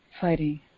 fighting